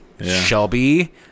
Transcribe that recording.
Shelby